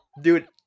Dude